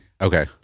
Okay